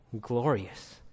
glorious